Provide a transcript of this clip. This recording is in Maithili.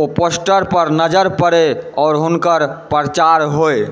ओ पोस्टरपर नजरि पड़ै आओर हुनकर प्रचार होइ